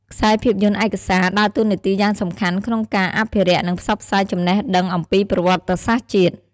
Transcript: ខ្សែភាពយន្តឯកសារដើរតួនាទីយ៉ាងសំខាន់ក្នុងការអភិរក្ស និងផ្សព្វផ្សាយចំណេះដឹងអំពីប្រវត្តិសាស្ត្រជាតិ។